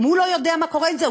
גם הוא לא יודע מה קורה עם זה.